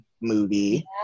movie